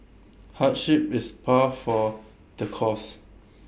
hardship is par for the course